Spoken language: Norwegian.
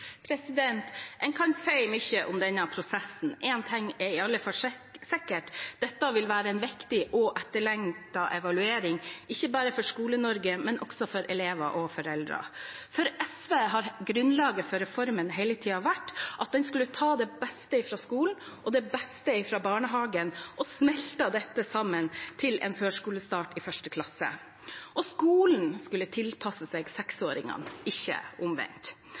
En kan si mye om denne prosessen, men én ting er i alle fall sikkert: Dette vil være en viktig og etterlengtet evaluering, ikke bare for Skole-Norge, men også for elever og foreldre. For SV har grunnlaget for reformen hele tiden vært at en skulle ta det beste fra skolen og barnehagen og smelte det sammen til en førskolestart i 1. klasse. Skolen skulle tilpasse seg seksåringene – ikke omvendt.